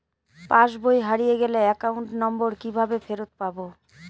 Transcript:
পাসবই হারিয়ে গেলে account number কিভাবে ফেরত পাব?